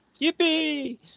Yippee